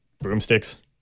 broomsticks